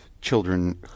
children